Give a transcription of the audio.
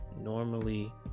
Normally